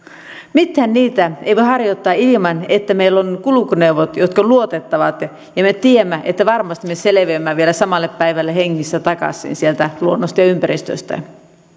mitään niitä ei voi harjoittaa ilman että meillä on kulkuneuvot jotka ovat luotettavat ja ja me tiedämme että varmasti me selviämme vielä samana päivänä hengissä takaisin sieltä luonnosta ja ympäristöstä